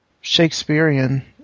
Shakespearean